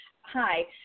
Hi